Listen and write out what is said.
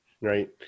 right